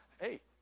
hey